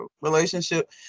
relationship